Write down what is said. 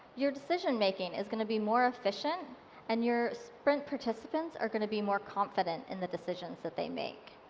your decisionmaking is going to be more efficient and your sprint participants are going to be more confident in the decisions that they make.